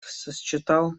сосчитал